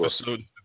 episode